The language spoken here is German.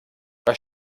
was